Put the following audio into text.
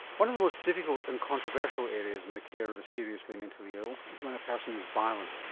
one of the most difficult and controversial areas in the care of the seriously mentally ill is when a person is violent.